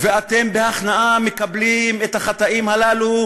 ואתם בהכנעה מקבלים את החטאים הללו,